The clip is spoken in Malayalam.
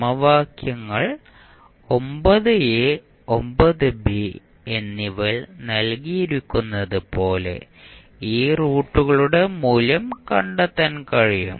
സമവാക്യങ്ങൾ 9 എ 9 ബി എന്നിവയിൽ നൽകിയിരിക്കുന്നതുപോലെ ഈ റൂട്ടുകളുടെ മൂല്യം കണ്ടെത്താൻ കഴിയും